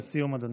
לסיום, אדוני.